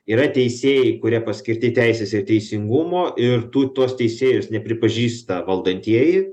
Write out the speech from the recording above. yra teisėjai kurie paskirti teisės ir teisingumo ir tų tuos teisėjus nepripažįsta valdantieji